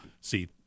see